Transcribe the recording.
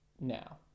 now